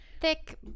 thick